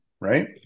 right